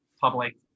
public